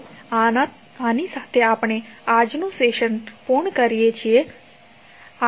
તો આની સાથે આપણે આપણું આજનું સેશન પુર્ણ કરીએ છીએ